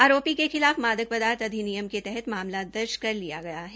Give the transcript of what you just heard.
आरोपी के खिलाफ मादक पदार्थ अधिनियम के तहत मामला दर्ज कर लिया गया है